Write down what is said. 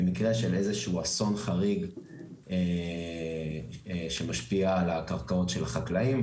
במקרה של איזה שהוא אסון חריג שמשפיע על הקרקעות של החקלאים,